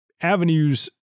avenues